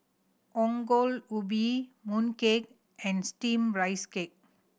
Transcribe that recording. Ongol Ubi mooncake and Steamed Rice Cake